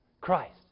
Christ